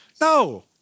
No